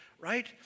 right